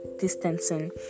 distancing